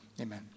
amen